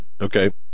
okay